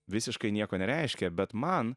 visiškai nieko nereiškia bet man